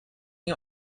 you